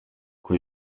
uko